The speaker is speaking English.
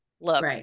look